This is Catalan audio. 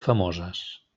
famoses